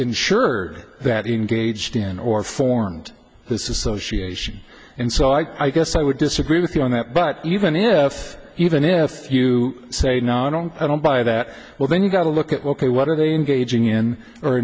insured that engaged in or formed this is so she can and so i guess i would disagree with you on that but even if even if you say no i don't i don't buy that well then you've got to look at what they what are they in gauging in